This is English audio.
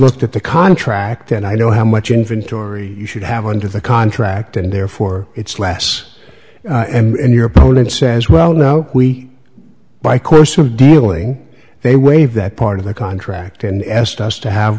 looked at the contract and i know how much inventory you should have under the contract and therefore it's less and your opponent says well now we buy course we're dealing they waive that part of the contract and asked us to have